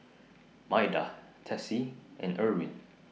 Maida Tessie and Erwin